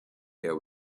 here